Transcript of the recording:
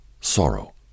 sorrow